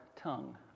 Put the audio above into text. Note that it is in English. tongue